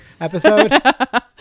episode